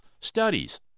studies